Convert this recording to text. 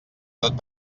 tot